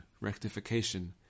rectification